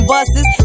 buses